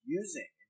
using